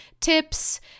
tips